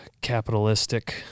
capitalistic